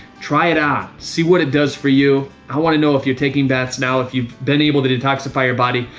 try it out, see what it does for you. i want to know if your taking baths now, if you been able to detoxify your body,